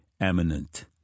eminent